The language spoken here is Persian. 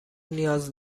نیاز